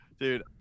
Dude